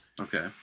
Okay